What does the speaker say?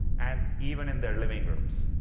and even in their living rooms.